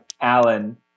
Alan